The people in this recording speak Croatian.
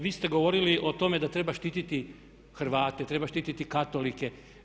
Vi ste govorili o tome da treba štititi Hrvate, treba štiti Katolike.